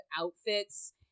outfits